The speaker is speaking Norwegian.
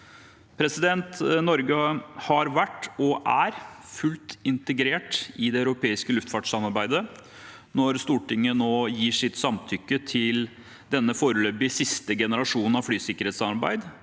dem på. Norge har vært, og er, fullt ut integrert i det europeiske luftfartssamarbeidet. Når Stortinget nå gir sitt samtykke til denne foreløpig siste generasjonen av flysikkerhetssamarbeid,